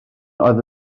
oedd